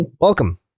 Welcome